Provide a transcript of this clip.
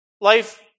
life